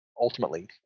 Ultimately